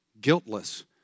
guiltless